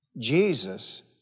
Jesus